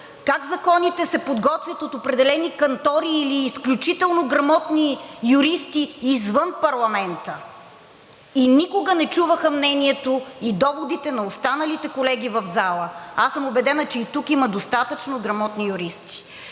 как законите се подготвят от определени кантори или изключително грамотни юристи извън парламента и никога не чуваха мнението и доводите на останалите колеги в залата. Аз съм убедена, че и тук има достатъчно грамотни юристи